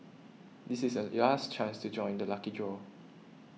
this is the your last chance to join the lucky draw